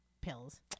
pills